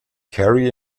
carey